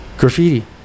Graffiti